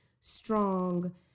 strong